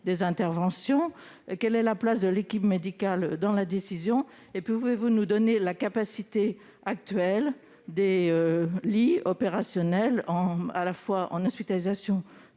des interventions ? Quelle est la place de l'équipe médicale dans la décision ? Par ailleurs, pouvez-vous nous donner la capacité actuelle des lits opérationnels, à la fois dans les